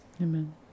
amen